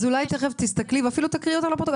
אולי תכף תסתכלי ואפילו תקריאי לפרוטוקול.